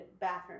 bathroom